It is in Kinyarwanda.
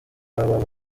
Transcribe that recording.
www